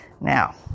Now